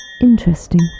Interesting